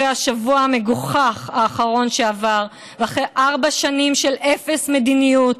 אחרי השבוע המגוחך האחרון שעבר ואחרי ארבע שנים של אפס מדיניות,